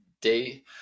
Day